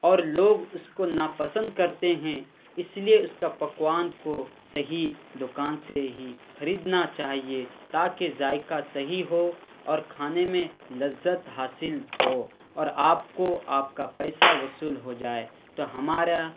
اور لوگ اس کو ناپسند کرتے ہیں اس لیے اس کا پکوان کو صحیح دکان سے ہی خریدنا چاہیے تاکہ ذائقہ صحیح ہو اور کھانے میں لذت حاصل ہو اور آپ کو آپ کا پیسہ وصول ہو جائے تو ہمارا